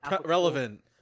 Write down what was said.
relevant